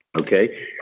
Okay